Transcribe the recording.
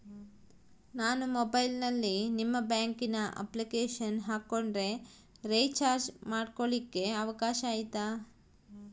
ನಾನು ಮೊಬೈಲಿನಲ್ಲಿ ನಿಮ್ಮ ಬ್ಯಾಂಕಿನ ಅಪ್ಲಿಕೇಶನ್ ಹಾಕೊಂಡ್ರೆ ರೇಚಾರ್ಜ್ ಮಾಡ್ಕೊಳಿಕ್ಕೇ ಅವಕಾಶ ಐತಾ?